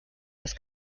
das